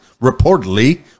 reportedly